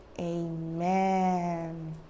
amen